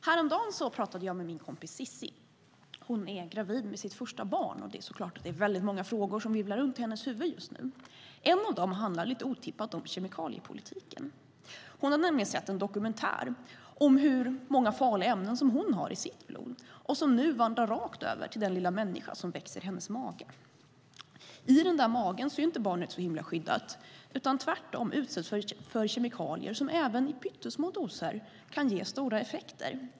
Herr talman! Häromdagen pratade jag med min kompis Cissi. Hon är gravid med sitt första barn, och det är så klart väldigt många frågor som virvlar runt i hennes huvud just nu. En av dem handlar, lite otippat, om kemikaliepolitiken. Hon har nämligen sett en dokumentär om hur många farliga ämnen som hon har i sitt blod och som nu vandrar rakt över till den lilla människa som växer i hennes mage. I den där magen är inte barnet så himla skyddat, utan tvärtom utsätts det för kemikalier som även i pyttesmå doser kan ge stora effekter.